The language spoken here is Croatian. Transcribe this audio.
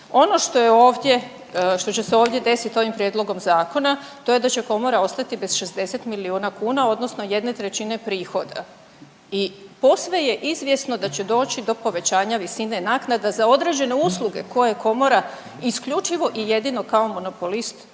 što će se ovdje desiti ovim prijedlogom Zakona, to je da će Komora ostati bez 60 milijuna kuna, odnosno 1/3 prihoda i posve je izvjesno da će doći do povećanja visine naknada za određene usluge koje Komora isključivo i jedino kao monopolist pruža